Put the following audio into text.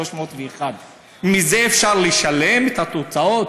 מזה אפשר לשלם את ההוצאות?